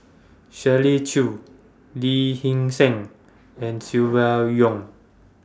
Shirley Chew Lee Hee Seng and Silvia Yong